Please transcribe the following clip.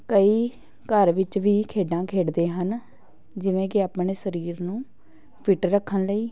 ਕਈ ਘਰ ਵਿੱਚ ਵੀ ਖੇਡਾਂ ਖੇਡਦੇ ਹਨ ਜਿਵੇਂ ਕਿ ਆਪਣੇ ਸਰੀਰ ਨੂੰ ਫਿੱਟ ਰੱਖਣ ਲਈ